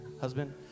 husband